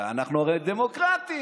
ואנחנו הרי דמוקרטים.